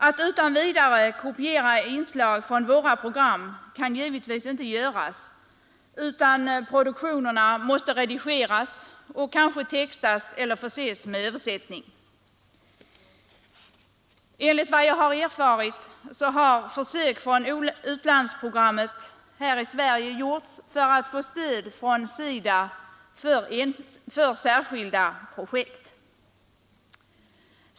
Att utan vidare kopiera inslag från våra program kan givetvis inte göras, utan produktionerna måste redigeras och kanske textas eller förses med översättningar. Enligt vad jag erfarit har försök från utlandsprogrammet här i Sverige gjorts för att få stöd från SIDA för särskilda projekt.